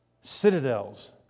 citadels